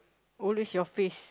always your face